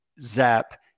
zap